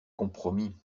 compromis